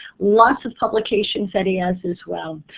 lots of publications that he has as well.